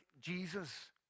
Jesus